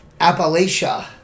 appalachia